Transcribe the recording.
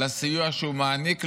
לסיוע שהוא מעניק לרוצחים.